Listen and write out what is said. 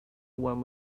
one